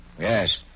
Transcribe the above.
Yes